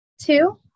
Two